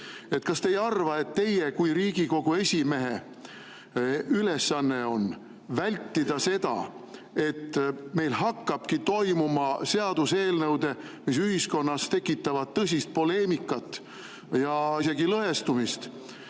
Kas te ei arva, et teie kui Riigikogu esimehe ülesanne on vältida seda, et meil hakkabki toimuma seaduseelnõude, mis ühiskonnas tekitavad tõsist poleemikat ja isegi lõhestumist,